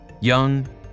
Young